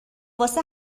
واسه